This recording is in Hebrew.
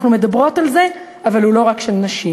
אנחנו מדברות על זה, אבל היא לא רק של נשים.